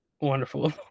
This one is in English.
Wonderful